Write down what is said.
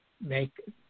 make